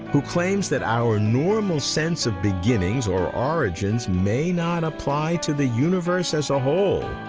who claims that our normal sense of beginnings or origins may not apply to the universe as a whole.